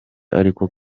ariko